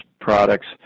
products